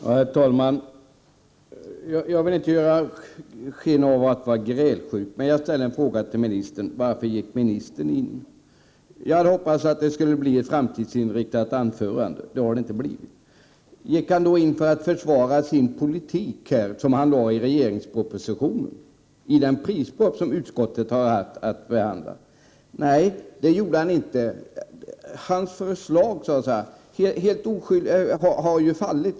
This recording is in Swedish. Herr talman! Jag vill inte ge sken av att vara grälsjuk, men jag vill ställa en fråga till jordbruksministern: Varför gick ministern in i debatten? Jag hade hoppats att det skulle bli ett framtidsinriktat anförande, men så blev det inte. Gick ministern in för att försvara sin politik, som presenteras i den proposition om jordbrukspriser som utskottet har haft att behandla? Nej, det gjorde han inte. Hans förslag har ju helt fallit.